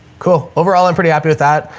cool. overall i'm pretty happy with that.